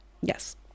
Yes